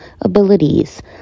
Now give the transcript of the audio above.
abilities